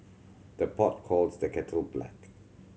the pot calls the kettle black